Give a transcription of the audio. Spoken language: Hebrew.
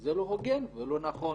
זה לא הוגן ולא נכון.